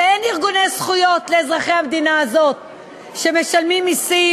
כי אין ארגוני זכויות לאזרחי המדינה הזאת שמשלמים מסים,